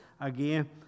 again